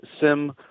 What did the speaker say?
Sim